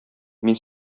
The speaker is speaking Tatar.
мин